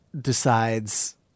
decides